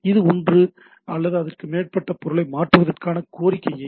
இது ஒன்று அல்லது அதற்கு மேற்பட்ட பொருளை மாற்றுவதற்கான கோரிக்கை